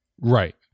Right